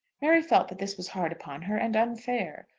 mary felt that this was hard upon her, and unfair.